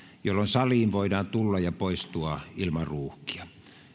jolloin saliin voidaan tulla ja poistua ilman ruuhkia